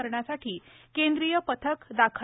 करण्यासाठी केंद्रीय पथक दाखल